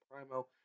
Primo